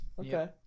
Okay